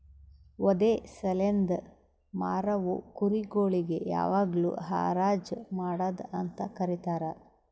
ವಧೆ ಸಲೆಂದ್ ಮಾರವು ಕುರಿ ಗೊಳಿಗ್ ಯಾವಾಗ್ಲೂ ಹರಾಜ್ ಮಾಡದ್ ಅಂತ ಕರೀತಾರ